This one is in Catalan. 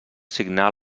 signar